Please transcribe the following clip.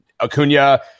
Acuna